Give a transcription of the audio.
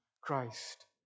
Christ